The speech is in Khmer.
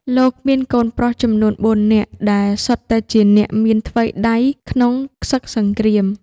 លោកមានកូនប្រុសចំនួន ៤ នាក់ ដែលសុទ្ធតែជាអ្នកមានថ្វីដៃក្នុងសឹកសង្គ្រាម។